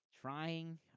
trying